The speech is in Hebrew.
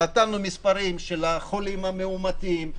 נתנו מספרים של החולים המאומתים,